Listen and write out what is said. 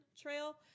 Trail